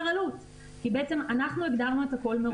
עלות כי בעצם אנחנו הגדרנו את הכל מראש.